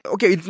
Okay